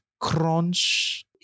Crunch